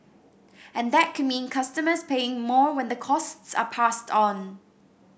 and that could mean customers paying more when the costs are passed on